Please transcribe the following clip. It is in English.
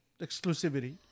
exclusivity